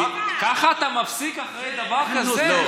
ככה אתה מפסיק, אחרי דבר כזה?